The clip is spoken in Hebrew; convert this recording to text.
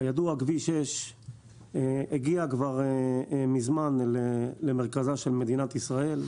כידוע כביש 6 הגיע כבר מזמן למרכזה של מדינת ישראל,